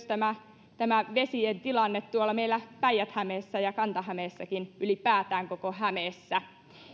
tämä tämä vesien tilanne huolestuttava myös tuolla meillä päijät hämeessä ja kanta hämeessäkin ylipäätään koko hämeessä